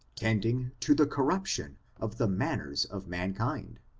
tending to the cor ruption of the manners of mankind.